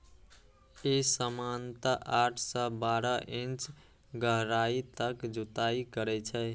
ई सामान्यतः आठ सं बारह इंच गहराइ तक जुताइ करै छै